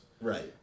Right